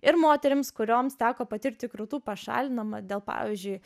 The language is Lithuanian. ir moterims kurioms teko patirti krūtų pašalinimą dėl pavyzdžiui